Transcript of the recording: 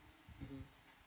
mmhmm